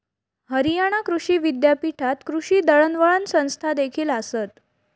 हरियाणा कृषी विद्यापीठात कृषी दळणवळण संस्थादेखील आसत